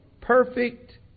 perfect